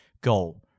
goal